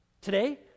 Today